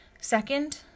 Second